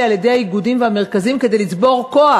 על-ידי האיגודים והמרכזים כדי לצבור כוח